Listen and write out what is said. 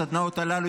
הסדנאות הללו,